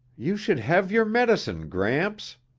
you should have your medicine, gramps.